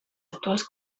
actuals